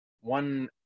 one